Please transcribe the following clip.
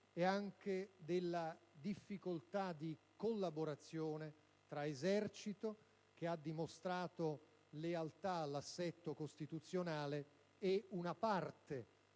e della difficoltà di collaborazione tra l'Esercito, che ha dimostrato lealtà all'assetto costituzionale, e una parte